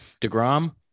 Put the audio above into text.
DeGrom